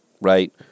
right